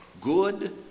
good